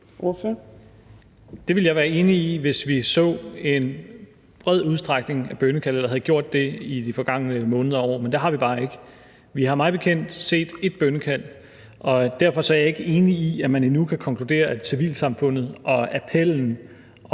Det ville jeg være enig i, hvis vi så en stor udbredelse af bønnekald og havde gjort det i de forgangne måneder og år, men det har vi bare ikke. Vi har mig bekendt set ét bønnekald, og derfor er jeg ikke enig i, at man på nuværende tidspunkt kan konkludere, at civilsamfundets appel og